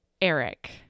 Eric